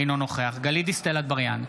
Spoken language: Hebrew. אינו נוכח גלית דיסטל אטבריאן,